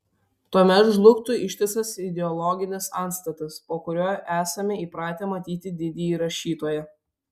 tuomet žlugtų ištisas ideologinis antstatas po kuriuo esame įpratę matyti didįjį rašytoją